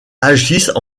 agissent